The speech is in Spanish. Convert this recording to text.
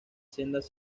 sendas